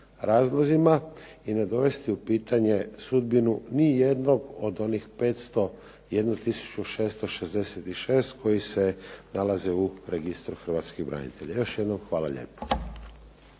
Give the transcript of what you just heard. razlozima i ne dovesti u pitanje sudbinu ni jednog od onih 501 tisuću 666 koji se nalaze u registru hrvatskih branitelja. Još jednom hvala lijepo.